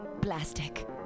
plastic